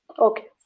okay.